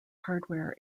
hardware